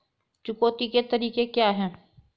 चुकौती के तरीके क्या हैं?